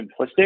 simplistic